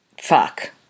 Fuck